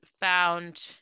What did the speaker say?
found